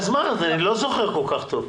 אז מה, אני לא זוכר כל כך טוב.